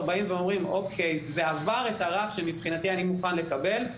אומרים שזה עבר את הרף שהם מבחינתם מוכנים לקבל,